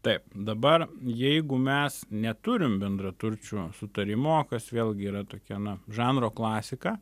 taip dabar jeigu mes neturim bendraturčių sutarimo kas vėlgi yra tokia na žanro klasika